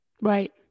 right